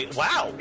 wow